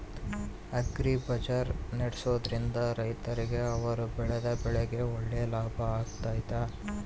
Agri bazaar ನಡೆಸ್ದೊರಿಂದ ರೈತರಿಗೆ ಅವರು ಬೆಳೆದ ಬೆಳೆಗೆ ಒಳ್ಳೆ ಲಾಭ ಆಗ್ತೈತಾ?